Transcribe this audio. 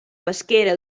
pesquera